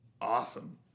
awesome